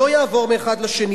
לא יעבור מאחד לשני.